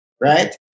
right